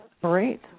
great